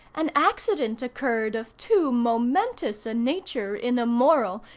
an accident occurred of too momentous a nature in a moral,